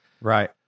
right